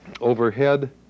overhead